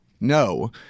no